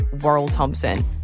Worrell-Thompson